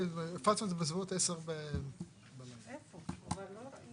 הפצנו את זה בסביבות 10 או 11 בלילה.